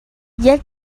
yet